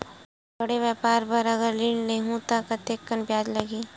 बड़े व्यापार बर अगर मैं ऋण ले हू त कतेकन ब्याज लगही?